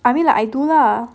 I mean like I do lah